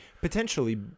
potentially